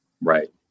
Right